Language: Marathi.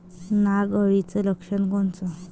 नाग अळीचं लक्षण कोनचं?